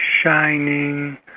shining